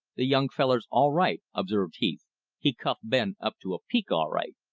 the young feller's all right, observed heath he cuffed ben up to a peak all right.